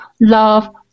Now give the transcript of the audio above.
love